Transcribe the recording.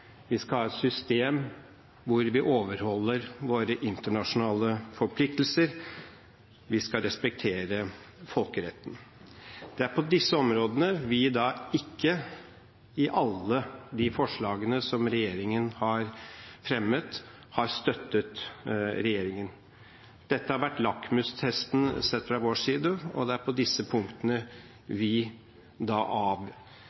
Vi skal ha et system hvor vi overholder våre internasjonale forpliktelser. Vi skal respektere folkeretten. Det er på disse områdene vi ikke i alle de forslagene som regjeringen har fremmet, har støttet regjeringen. Dette har vært lakmustesten – sett fra vår side – og det er på disse punktene